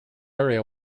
area